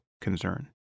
concern